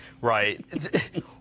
right